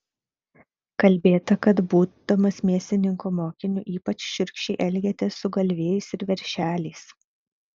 kalbėta kad būdamas mėsininko mokiniu ypač šiurkščiai elgėtės su galvijais ir veršeliais